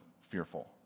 fearful